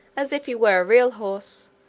as if he were a real horse,